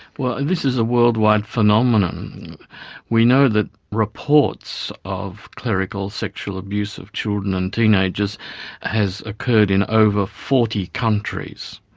well, and this is a worldwide phenomenon we know that reports of clerical sexual abuse of children and teenagers has occurred in over forty countries.